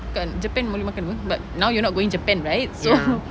kat japan boleh makan [pe] but now you're not going japan right so